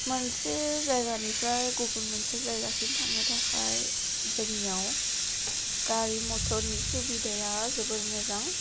मोनसे जायगानिफ्राय गुबुन मोनसे जायगासिम थांनो थाखाय जोंनियाव गारि मथरनि सुबिदाया जोबोर मोजां